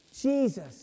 Jesus